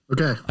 Okay